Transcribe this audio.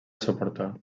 suportar